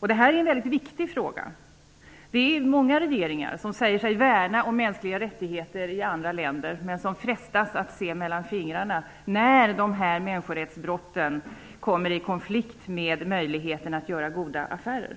Detta är en mycket viktig fråga. Många regeringar säger sig värna om mänskliga rättigheter i andra länder men frestas att se mellan fingrarna när agerandet mot brotten mot mänskliga rättigheter kommer i konflikt med möjligheterna att göra goda affärer.